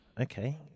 okay